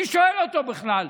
מי שואל אותו בכלל?